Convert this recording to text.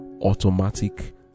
automatic